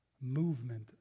movement